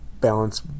balance